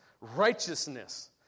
righteousness